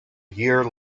year